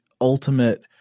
ultimate –